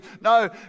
no